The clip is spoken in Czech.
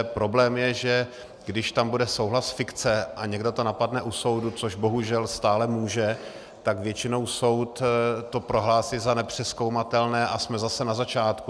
Problém je, že když tam bude souhlas fikce a někdo to napadne u soudu, což bohužel stále může, tak většinou soud to prohlásí za nepřezkoumatelné a jsme zase na začátku.